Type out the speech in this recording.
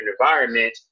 environment